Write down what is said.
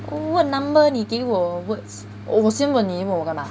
我问你 number 你给我 words 我先问你你问我干嘛